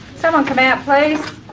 someone come out please?